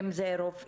אם זה רופאים,